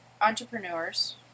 entrepreneurs